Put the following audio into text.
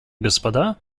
господа